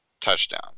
touchdown